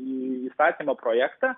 įstatymo projektą